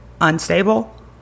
unstable